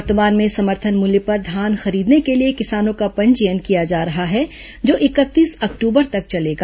वर्तमान में समर्थन मूल्य पर धान खरीदने के लिए किसानों का पंजीयन किया जा रहा है जो इकतीस अक्टूबर तक चलेगा